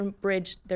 bridge